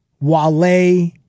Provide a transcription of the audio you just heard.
Wale